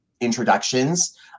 introductions